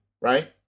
Right